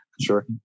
Sure